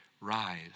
rise